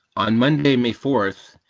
on monday, may four,